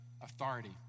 authority